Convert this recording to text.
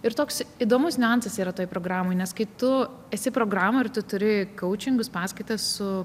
ir toks įdomus niuansas yra toj programoj nes kai tu esi programoj ir tu turi kaučingus paskaitas su